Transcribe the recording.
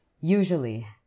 usually